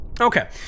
okay